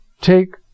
take